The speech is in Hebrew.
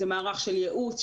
זה מערך של ייעוץ,